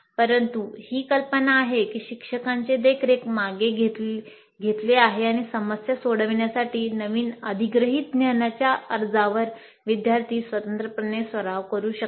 परंतु ही कल्पना आहे की शिक्षकांचे देखरेख मागे घेतले आहे आणि समस्या सोडवण्यासाठी नवीन अधिग्रहित ज्ञानाच्या अर्जावर विद्यार्थी स्वतंत्रपणे सराव करू शकतात